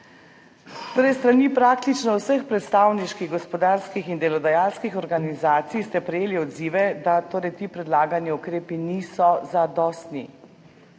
S strani praktično vseh predstavniških gospodarskih in delodajalskih organizacij ste prejeli odzive, da ti predlagani ukrepi niso zadostni,